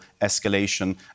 escalation